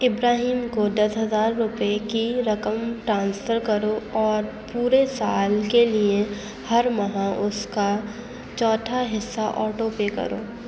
ابراہیم کو دس ہزار روپے کی رقم ٹرانسفر کرو اور پورے سال کے لیے ہر ماہ اس کا چوتھا حصہ آٹو پے کرو